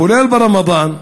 כולל ברמדאן,